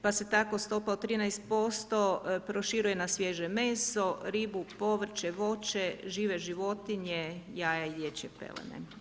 Pa se tako stopa od 13% proširuje na sviježe meso, ribu, povrće, voće, žive životinje, jaja i dječje pelene.